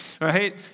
right